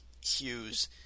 Hughes